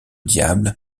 diable